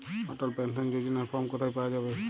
অটল pension যোজনার form কোথায় পাওয়া যাবে?